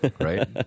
right